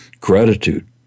gratitude